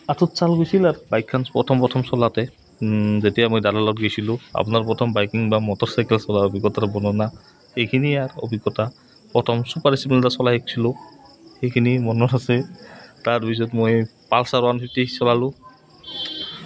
আঁঠুত চাল গৈছিল আৰু বাইকখন প্ৰথম প্ৰথম চলাওঁতে যেতিয়া মই দাদা লগত গৈছিলোঁ আপোনাৰ প্ৰথম বাইকিং বা মটৰচাইকেল চলাৰ অভিজ্ঞতাটো বৰ্ণনা সেইখিনি আৰ অভিজ্ঞতা প্ৰথম ছুপাৰ স্প্লেনডাৰ চলাই শিকিছিলোঁ সেইখিনি মনত আছে তাৰপিছত মই পালচাৰ ওৱান ফিফটি চলালোঁ